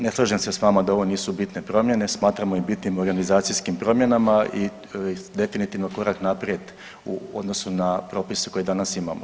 Ne slažem se s vama da ovo nisu bitne promjene, smatramo i bitnim organizacijskim promjenama i definitivno korak naprijed u odnosu na propis koji danas imamo.